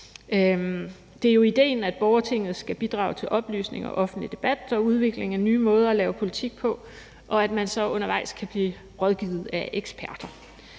Det er jo idéen, at borgertinget skal bidrage til oplysning, offentlig debat og udvikling af nye måder at lave politik på, og at man så undervejs kan blive rådgivet af eksperter.